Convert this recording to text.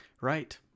right